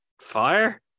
fire